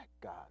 God